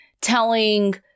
telling